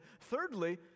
thirdly